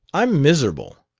i'm miserable!